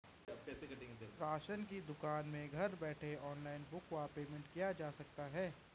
Ration की दुकान में घर बैठे ऑनलाइन बुक व पेमेंट किया जा सकता है?